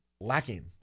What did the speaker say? lacking